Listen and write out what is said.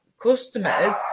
customers